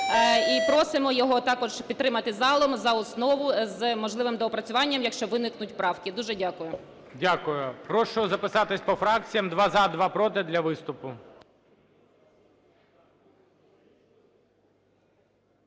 і просимо його також підтримати залом за основу з можливим доопрацюванням, якщо виникнуть правки. Дуже дякую. ГОЛОВУЮЧИЙ. Дякую. Прошу записатися по фракціях два – за, два – проти для виступу.